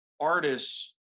artists